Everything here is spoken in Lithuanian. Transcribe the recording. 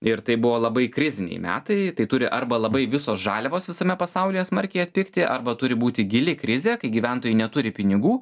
ir tai buvo labai kriziniai metai tai turi arba labai visos žaliavos visame pasaulyje smarkiai atpigti arba turi būti gili krizė kai gyventojai neturi pinigų